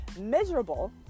miserable